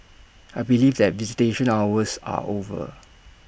I believe that visitation hours are over